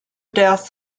death